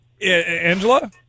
Angela